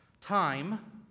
time